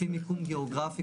לפי מיקום גיאוגרפי,